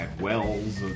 wells